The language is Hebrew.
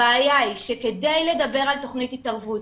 הבעיה היא שכדי לדבר על תכנית התערבות